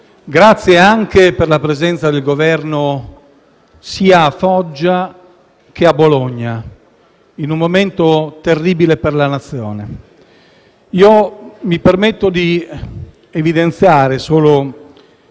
Grazie anche per la presenza del Governo sia a Foggia, che a Bologna in un momento terribile per la nazione. Mi permetto di evidenziare